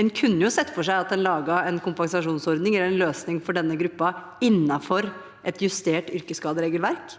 En kunne sett for seg at en laget en kompensasjonsordning eller en løsning for denne gruppen innenfor et justert yrkesskaderegelverk.